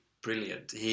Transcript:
brilliant